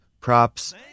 props